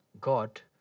god